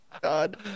God